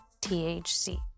THC